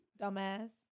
Dumbass